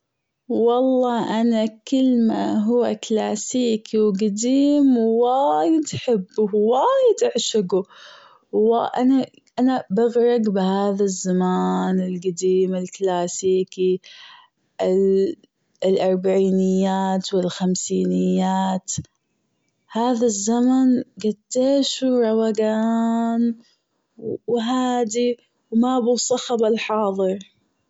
والله أنا كل ماهو كلاسيكي وجديم وايد حبه و وايد أعشجه أنا أنا بغرج بهذا الزمان الجديم الكلاسيكي ال- الأربعينات والخمسينيات هذا الزمن جديش هو روقان وهادي ومابه صخب الحاضر.